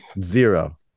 Zero